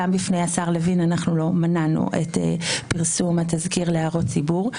גם בפני השר לוין אנחנו לא מנענו את פרסום התזכיר להערות הציבור.